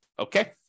Okay